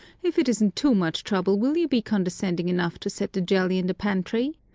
if it isn't too much trouble will you be condescending enough to set the jelly in the pantry?